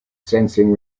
sensing